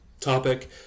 topic